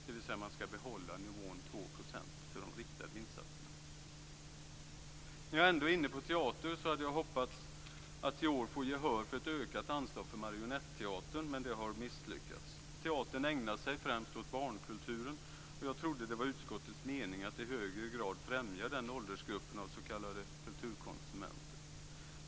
Man skall alltså behålla nivån 2 % till de riktade insatserna. När jag ändå är inne på teater hade jag hoppats att i år få gehör för ett ökat anslag till Marionetteatern, men det har misslyckats. Teatern ägnar sig främst åt barnkulturen, och jag trodde att det var utskottets mening att i högre grad främja den åldersgruppen av s.k. kulturkonsumenter.